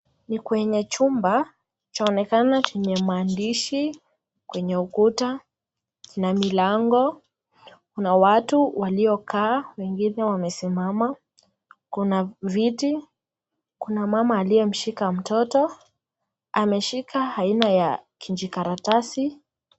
Ni kwenye chumba, chaonekana chenye maandishi kwenye ukuta na milango. Kuna watu waliokaa wengine wamesimama, kuna viti, kuna mama aliyemshika mtoto, ameshika aina ya kijikaratasi.